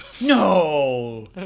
No